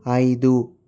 ఐదు